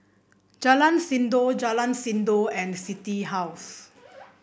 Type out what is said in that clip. Jalan Sindor Jalan Sindor and City House